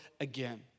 again